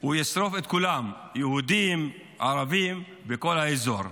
הוא ישרוף את כולם, יהודים, ערבים וכל האזור.